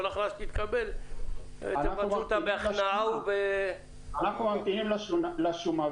הכרעה שתתקבל אתם תאמצו אותה בהכנעה וב --- אנחנו ממתינים לשומה,